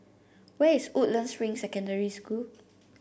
where is Woodlands Ring Secondary School